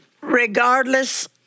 regardless